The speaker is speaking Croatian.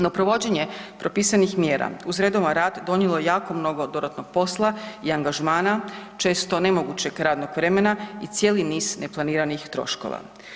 No provođenje propisanih mjera uz redovan rad donijelo je jako mnogo dodatnog posla i angažmana, često nemogućeg radnog vremena i cijeli niz neplaniranih troškova.